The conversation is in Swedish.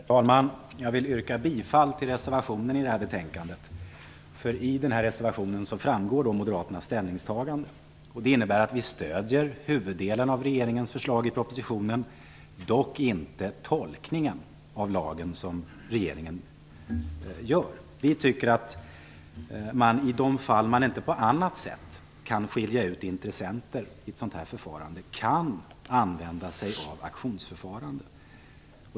Herr talman! Jag vill yrka bifall till reservationen till betänkandet. I reservationen framgår moderaternas ställningstagande. Det innebär att vi stöder huvuddelen av regeringens förslag i propositionen, dock inte den tolkning av lagen som regeringen gör. Vi tycker att man i de fall man inte på annat sätt kan skilja ut intressenter i ett sådant här förfarande kan använda sig av auktionsförfarande.